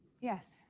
Yes